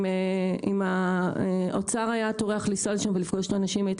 אם האוצר היה טורח לנסוע לשם ולפגוש את האנשים הייתם